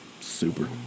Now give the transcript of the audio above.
Super